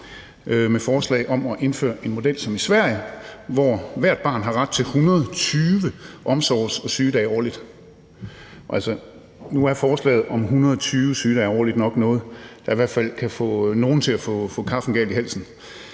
et forslag om at indføre en model, som de har i Sverige, hvor hvert barn har ret til 120 omsorgs- og sygedage årligt. Altså, nu er forslaget om 120 sygedage årligt nok noget, der kan få i hvert fald nogle til at få kaffen galt i halsen,